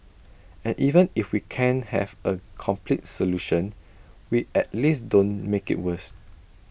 and even if we can't have A complete solution we at least don't make IT worse